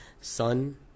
Sun